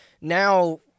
now